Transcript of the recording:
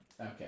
Okay